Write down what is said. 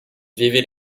vivid